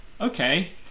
okay